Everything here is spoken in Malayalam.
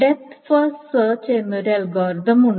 ഡെപ്ത് ഫസ്റ്റ് സെർച്ച് എന്നൊരു അൽഗോരിതം ഉണ്ട്